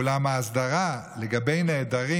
ואולם ההסדרה לגבי נעדרים,